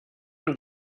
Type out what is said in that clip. und